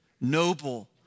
noble